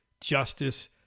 justice